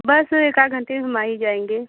बस एक आध घंटे में हम आ ही जाएँगे